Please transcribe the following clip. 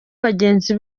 bagenzi